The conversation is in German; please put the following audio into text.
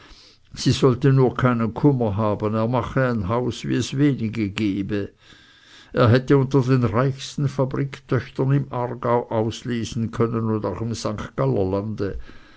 sie sollte nur keinen kummer haben er mache ein haus wie es wenige gebe er hätte unter den reichsten fabriktöchtern im aargau auslesen können und auch im st